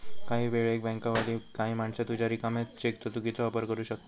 काही वेळेक बँकवाली काही माणसा तुझ्या रिकाम्या चेकचो चुकीचो वापर करू शकतत